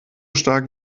stark